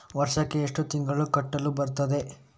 ವರ್ಷಕ್ಕೆ ಎಷ್ಟು ತಿಂಗಳು ಕಟ್ಟಲು ಬರುತ್ತದೆ?